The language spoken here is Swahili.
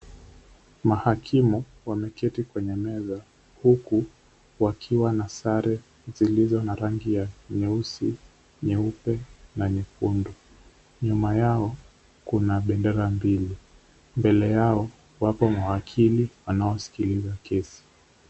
Mahakimu wameketi kwenye meza, huku wakiwa na sare zilizo na rangi ya nyeusi, nyeupe na nyekundu. Nyuma yao kuna bendera mbili. Mbele yapo wapo mawakili wanaoskiza kesi.